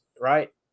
right